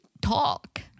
Talk